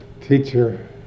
teacher